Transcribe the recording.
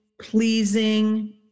pleasing